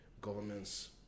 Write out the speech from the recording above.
government's